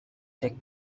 tech